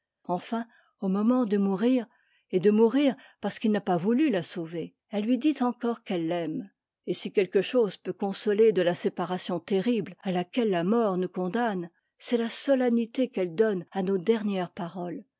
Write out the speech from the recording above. enfin au moment de mourir et de mourir parce qu'il n'a pas voulu la sauver elle lui dit encore qu'elle l'aime et si quelque chose peut consoler de la séparation terrible à laquelle la mort nous condamne c'èst la solennité qu'elle donne à nos dernières parotes